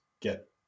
get